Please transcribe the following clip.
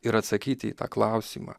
ir atsakyti į tą klausimą